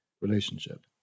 relationship